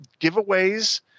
giveaways